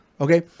Okay